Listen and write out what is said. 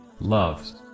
loves